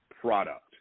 product